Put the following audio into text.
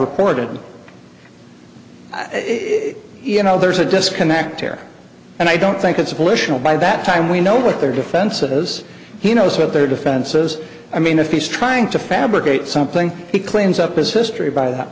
it you know there's a disconnect there and i don't think it's a polish and by that time we know what their defenses he knows what their defenses i mean if he's trying to fabricate something he cleans up his history by that